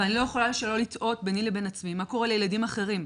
אבל אני לא יכולה שלא לתהות ביני לבין עצמי מה קורה לילדים אחרים.